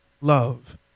love